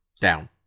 down